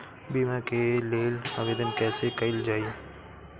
बीमा के लेल आवेदन कैसे कयील जाइ?